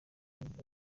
ubukwe